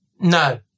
No